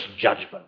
judgment